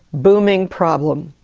booming problem.